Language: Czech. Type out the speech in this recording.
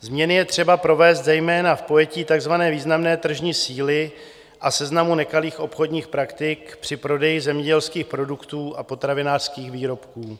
Změny je třeba provést zejména v pojetí takzvané významné tržní síly a seznamu nekalých obchodních praktik při prodeji zemědělských produktů a potravinářských výrobků.